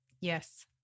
Yes